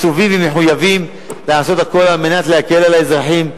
מצווים ומחויבים לעשות הכול על מנת להקל על האזרחים,